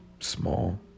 Small